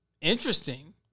Interesting